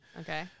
okay